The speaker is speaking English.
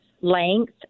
length